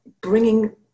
bringing